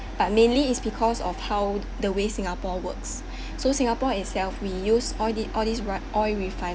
but mainly it's because of how the way singapore works so singapore itself we used all the~ all these re~ oil refineries